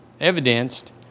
evidenced